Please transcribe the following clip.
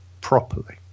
properly